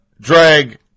drag